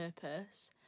purpose